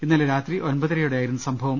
ഇന്നലെ രാത്രി ഒൻപതര യോടെയായിരുന്നു സംഭവം